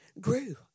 grew